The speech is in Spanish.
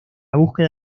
búsqueda